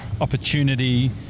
opportunity